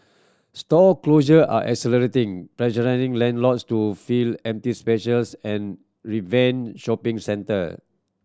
store closure are accelerating pressure landlords to fill empty specials and reinvent shopping centre